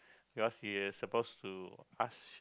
because he is supposed to ask